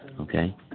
okay